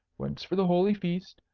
once for the holy feast,